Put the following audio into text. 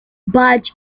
badge